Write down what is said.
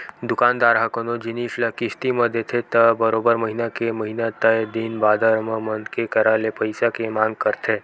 दुकानदार ह कोनो जिनिस ल किस्ती म देथे त बरोबर महिना के महिना तय दिन बादर म मनखे करा ले पइसा के मांग करथे